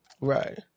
Right